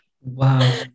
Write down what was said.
wow